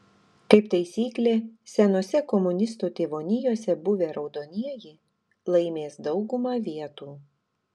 kaip taisyklė senose komunistų tėvonijose buvę raudonieji laimės daugumą vietų